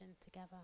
together